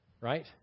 Right